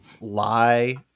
lie